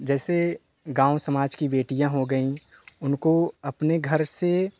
जैसे गाँव समाज कि बेटियाँ हो गई उनको अपने घर से